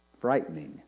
frightening